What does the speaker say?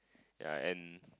ya and